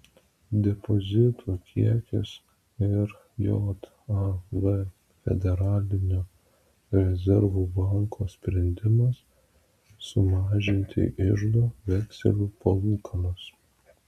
depozitų kiekis ir jav federalinio rezervų banko sprendimas sumažinti iždo vekselių palūkanas